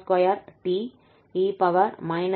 க்கு சமமாக இருக்கும்